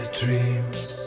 dreams